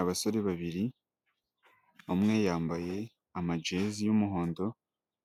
Abasore babiri umwe yambaye amajezi y'umuhondo